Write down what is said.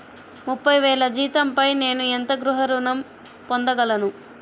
ముప్పై వేల జీతంపై నేను ఎంత గృహ ఋణం పొందగలను?